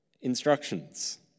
instructions